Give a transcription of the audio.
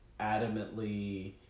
adamantly